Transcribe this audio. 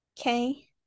Okay